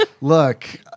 Look